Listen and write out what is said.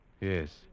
Yes